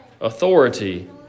authority